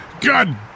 God